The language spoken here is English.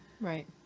right